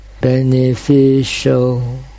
Beneficial